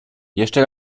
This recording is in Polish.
jeszcze